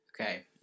Okay